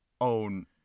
own